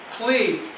please